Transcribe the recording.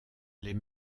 les